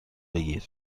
بگیر